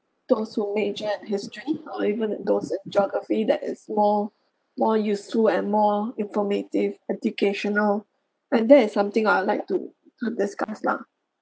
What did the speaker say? those who major in history or even those in geography that is more more useful and more informative educational and that is something I'll like to to discuss lah